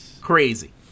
crazy